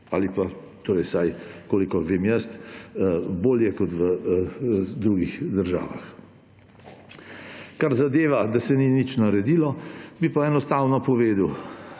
ali pa − vsaj kolikor vem jaz − bolje kot v drugih državah. Kar zadeva, da se ni nič naredilo, bi pa enostavno povedal,